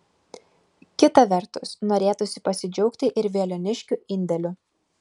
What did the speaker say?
kita vertus norėtųsi pasidžiaugti ir veliuoniškių indėliu